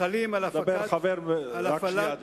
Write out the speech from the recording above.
החלים על הפעלת, רק שנייה,